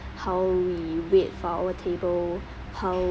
how we wait for our table how